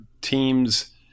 teams